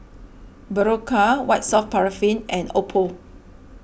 Berocca White Soft Paraffin and Oppo